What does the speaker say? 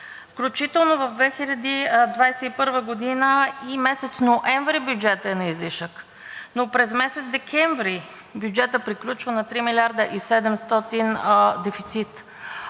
Включително през 2021 г. и месец ноември бюджетът е на излишък, но през месец декември бюджетът приключва на 3 милиарда и 700 дефицит.